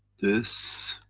this,